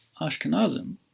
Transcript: Ashkenazim